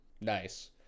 Nice